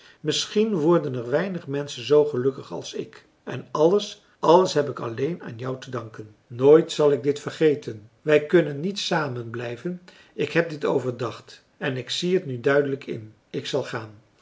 misschien worden er weinig menschen zoo gelukkig als ik en alles alles heb ik alleen aan jou te danken nooit zal ik dit vergeten wij kunnen niet samen blijven ik heb dit overdacht en ik zie het nu duidelijk in ik zal gaan